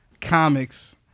comics